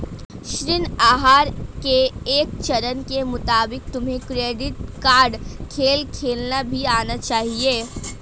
ऋण आहार के एक चरण के मुताबिक तुम्हें क्रेडिट कार्ड खेल खेलना भी आना चाहिए